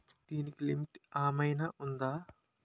దీనికి లిమిట్ ఆమైనా ఉందా?